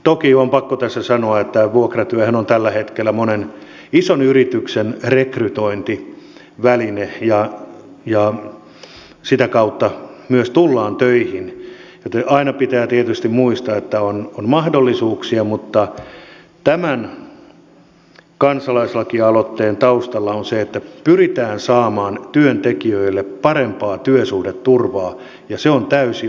toki on pakko tässä sanoa että vuokratyöhän on tällä hetkellä monen ison yrityksen rekrytointiväline ja sitä kautta myös tullaan töihin joten aina pitää tietysti muistaa että on mahdollisuuksia mutta tämän kansalaislakialoitteen taustalla on se että pyritään saamaan työntekijöille parempaa työsuhdeturvaa ja siihen on täysi oikeutus